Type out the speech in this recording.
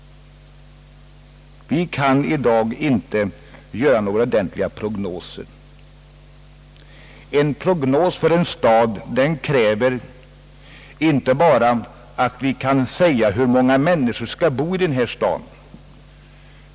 Vi kan i dag inte göra några riktiga prognoser. En prognos för en stad kräver inte bara att vi kan säga hur många människor som skall bo i staden.